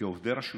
כעובדי רשות,